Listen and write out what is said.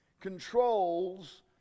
controls